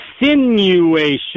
insinuation